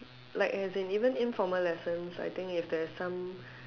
like as in even informal lesson I think if there is some